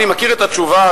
אני מכיר את התשובה,